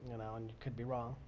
and um and could be wrong.